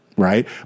Right